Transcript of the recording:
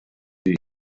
sie